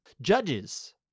judges